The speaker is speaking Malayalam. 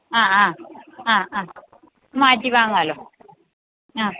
ആ ആ ആ ആ മാറ്റി വാങ്ങാലോ ആ